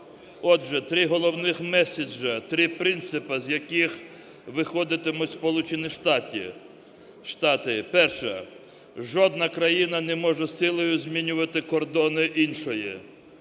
Отже, три головних меседжа, три принципи, з яких виходитимуть Сполучені Штати. Перша. Жодна країна не може силою змінювати кордони іншої.